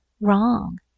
wrong